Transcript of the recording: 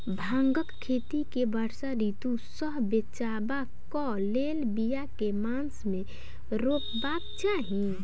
भांगक खेती केँ वर्षा ऋतु सऽ बचेबाक कऽ लेल, बिया केँ मास मे रोपबाक चाहि?